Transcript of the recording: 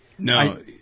No